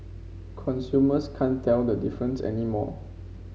consumers can't tell the difference anymore